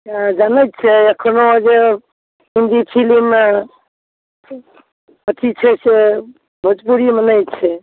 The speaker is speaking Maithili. हँ जनै छियै एखनो जे हिन्दी फिल्ममे अथी छै से भोजपुरीमे नहि छै